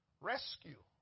rescue